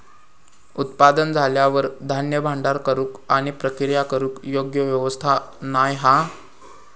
उत्पादन झाल्यार धान्य भांडार करूक आणि प्रक्रिया करूक योग्य व्यवस्था नाय हा